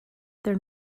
their